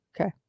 Okay